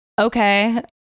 Okay